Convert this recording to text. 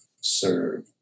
serve